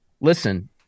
listen